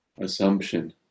assumption